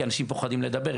כי אנשים פוחדים לדבר,